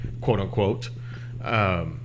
quote-unquote